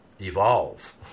evolve